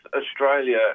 Australia